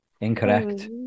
Incorrect